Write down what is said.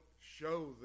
show